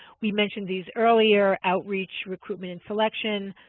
we mentioned these earlier, outreach, recruitment, and selection,